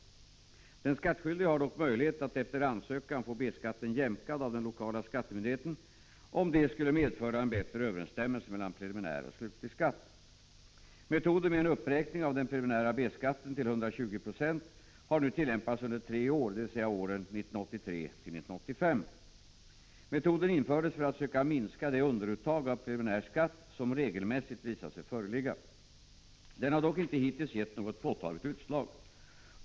Den skattskyldige har dock möjlighet att efter ansökan få B-skatten jämkad av den lokala skattemyndigheten om detta skulle medföra en bättre överensstämmelse mellan preliminär och slutlig skatt. Metoden med en uppräkning av den preliminära B-skatten till 120 90 har nu tillämpats under tre år, dvs. åren 1983-1985. Metoden infördes för att söka minska det underuttag av preliminär skatt som regelmässigt visat sig föreligga. Den har dock inte hittills gett något påtagligt utslag.